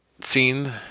seen